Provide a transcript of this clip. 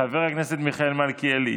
חבר הכנסת מיכאל מלכיאלי,